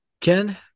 Ken